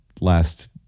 last